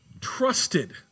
trusted